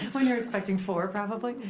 when you're expecting four probably?